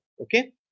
Okay